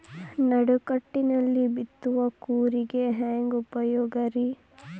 ನಡುಕಟ್ಟಿನ ಬಿತ್ತುವ ಕೂರಿಗೆ ಹೆಂಗ್ ಉಪಯೋಗ ರಿ?